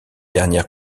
dernière